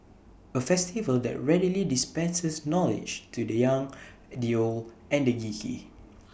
A festival that readily dispenses knowledge to the young the old and the geeky